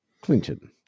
Clinton